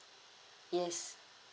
yes